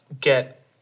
get